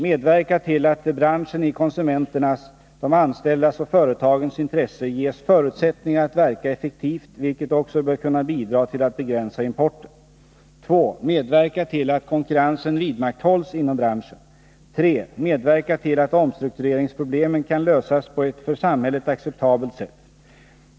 Medverka till att branschen i konsumenternas, de anställdas och företagens intresse ges förutsättningar att verka effektivt, vilket också bör kunna bidra till att begränsa importen. 2. Medverka till att konkurrens vidmakthålls inom branschen. 3. Medverka till att omstruktureringsproblemen kan lösas på ett för samhället acceptabelt sätt.